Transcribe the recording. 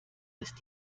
ist